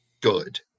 good